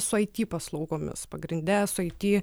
su it paslaugomis pagrinde su it